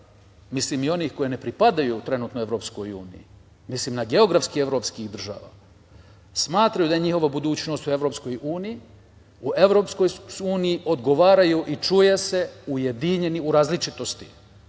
mislim i onih koje ne pripadaju trenutnoj EU, mislim na geografskih evropskih država, smatraju da je njihova budućnost u EU, u Evropskoj uniji su, odgovaraju i čuje se ujedinjeni u različitosti.